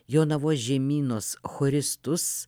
jonavos žemynos choristus